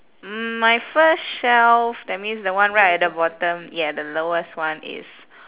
mm my first shelf that means the one right at the bottom ya the lowest one is